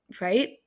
right